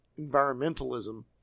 environmentalism